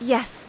Yes